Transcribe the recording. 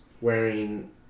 wearing